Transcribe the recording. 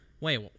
Wait